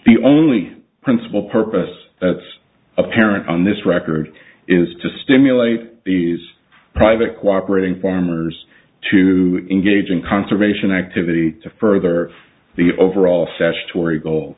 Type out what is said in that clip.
the only principal purpose that's apparent on this record is to stimulate these private co operating farmers to engage in conservation activity to further the overall sesh torrie goal